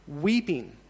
Weeping